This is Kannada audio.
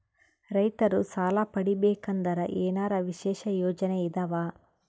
ರೈತರು ಸಾಲ ಪಡಿಬೇಕಂದರ ಏನರ ವಿಶೇಷ ಯೋಜನೆ ಇದಾವ?